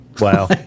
Wow